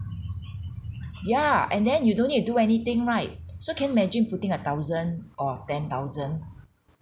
ya and then you don't need to do anything right so can imagine putting a thousand or ten thousand